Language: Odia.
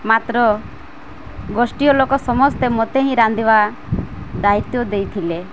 ମାତ୍ର ଗୋଷ୍ଠିର ଲୋକ ସମସ୍ତେ ମୋତେ ହିଁ ରାନ୍ଧିବା ଦାୟିତ୍ୱ ଦେଇଥିଲେ